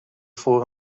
voor